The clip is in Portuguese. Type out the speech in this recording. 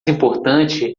importante